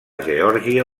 geòrgia